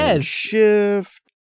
shift